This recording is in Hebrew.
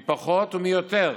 מי פחות ומי יותר,